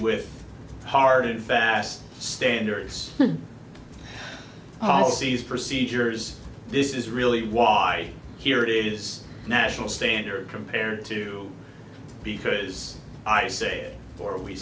with hard and fast standards procedures this is really why here it is a national standard compared to because i say or we